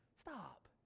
stop